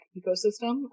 ecosystem